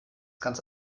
ganz